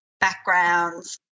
backgrounds